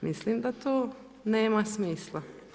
Mislim da to nema smisla.